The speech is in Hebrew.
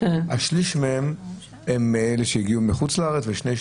שליש מהם הם אלה שהגיעו מחוץ לארץ ושני שליש